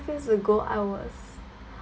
years ago I was